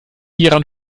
hieran